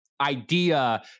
idea